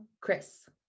Chris